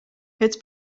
het